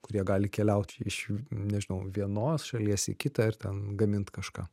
kurie gali keliaut iš nežinau vienos šalies į kitą ir ten gamint kažką